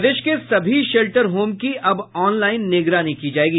प्रदेश के सभी shelter home की अब ऑनलाईन निगरानी की जायेगी